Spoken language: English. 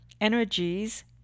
Energies